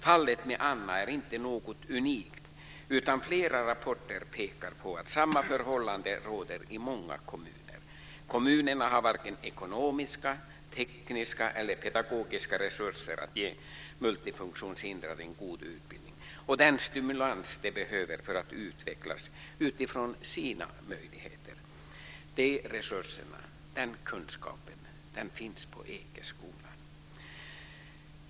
Fallet med Anna är inte unikt, utan flera rapporter pekar på att samma förhållande råder i många kommuner. Kommunerna har varken ekonomiska, tekniska eller pedagogiska resurser att ge multifunktionshindrade en god utbildning och den stimulans de behöver för att utvecklas utifrån sina möjligheter. De resurserna och den kunskapen finns på Ekeskolan.